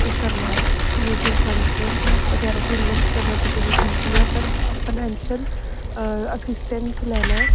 एह् करना mutual funds बगैरा च इन्वेस्ट करना ते चलो ठीक ऐ पर फाइनेंशियल असिस्टेंस लैना